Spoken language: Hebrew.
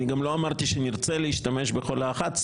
אני גם לא אמרתי שנרצה להשתמש בכל ה-11